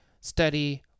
study